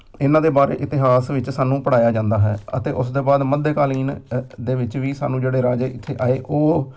ਇਹਨਾਂ ਦੇ ਬਾਰੇ ਇਤਿਹਾਸ ਵਿੱਚ ਸਾਨੂੰ ਪੜ੍ਹਾਇਆ ਜਾਂਦਾ ਹੈ ਅਤੇ ਉਸ ਦੇ ਬਾਅਦ ਮੱਧੇ ਕਾਲੀਨ ਦੇ ਵਿੱਚ ਵੀ ਸਾਨੂੰ ਜਿਹੜੇ ਰਾਜੇ ਇੱਥੇ ਆਏ ਉਹ